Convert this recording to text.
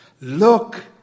Look